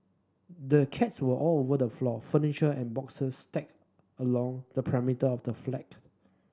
the cats were all over the floor furniture and boxes stacked along the perimeter of the flat